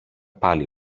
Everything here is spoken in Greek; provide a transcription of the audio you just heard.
πάλι